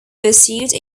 pursued